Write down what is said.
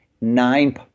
nine